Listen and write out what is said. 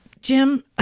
Jim